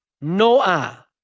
Noah